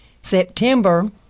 September